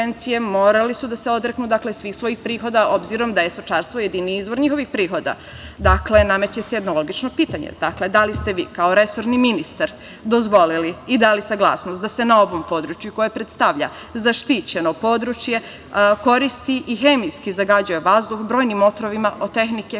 Morali su da se odreknu svih svojih prihoda, obzirom da je stočarstvo jedini izvor njihovih prihoda. Dakle, nameće se jedno logično pitanje – da li ste vi kao resorni ministar i dali saglasnost da se na ovom području koje predstavlja zaštićeno područje koristi i hemijski zagađuje vazduh brojnim otrovima od tehnike koja je